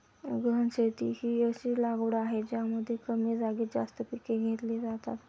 गहन शेती ही अशी लागवड आहे ज्यामध्ये कमी जागेत जास्त पिके घेतली जातात